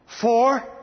Four